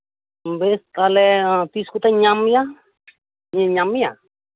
ᱵᱮᱥ ᱛᱟᱦᱚᱞᱮ ᱛᱤᱥᱠᱚᱛᱮᱧ ᱧᱟᱢ ᱢᱮᱭᱟ ᱛᱤᱦᱤᱧ ᱤᱧ ᱧᱟᱢ ᱢᱮᱭᱟ